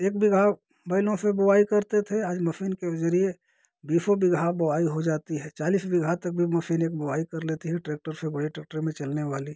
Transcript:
एक बीघा बैलों से बोआई करते थे आज मसीन के ज़रिए बीसों बीघा बोआई हो जाती है चालीस बिगहा तक भी मसीने बोआई कर लेती हैं ट्रेक्टर से बढ़िया ट्रेक्टर में चलने वाली